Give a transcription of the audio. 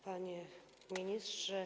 Panie Ministrze!